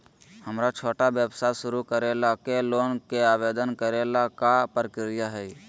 हमरा छोटा व्यवसाय शुरू करे ला के लोन के आवेदन करे ल का प्रक्रिया हई?